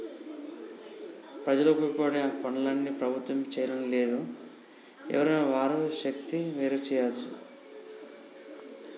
ప్రజలకు ఉపయోగపడే పనులన్నీ ప్రభుత్వమే చేయాలని లేదు ఎవరైనా వారి శక్తి మేరకు చేయవచ్చు